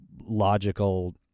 logical